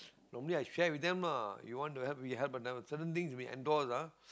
normally I share with them lah you want to help we help but certain things we endorse ah